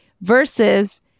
versus